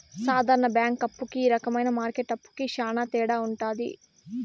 సాధారణ బ్యాంక్ అప్పు కి ఈ రకమైన మార్కెట్ అప్పుకి శ్యాన తేడా ఉంటది